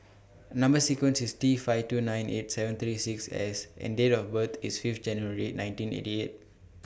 Number sequence IS T five two nine eight seven three six S and Date of birth IS five January nineteen eighty eight